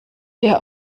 der